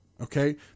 okay